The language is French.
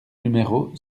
numéro